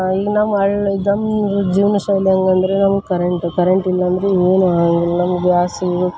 ಈಗ ನಮ್ಮ ಹಳ್ಳಿ ಜನರು ಜೀವನ ಶೈಲಿ ಹೆಂಗಂದ್ರೆ ನಮ್ಗೆ ಕರೆಂಟು ಕರೆಂಟಿಲ್ಲ ಅಂದರೆ ಏನು ಆಗಂಗಿಲ್ಲ ನಮ್ಗೆ ಗ್ಯಾಸು